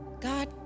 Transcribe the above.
God